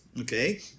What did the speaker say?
okay